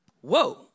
whoa